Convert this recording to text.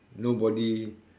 nobody